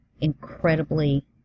incredibly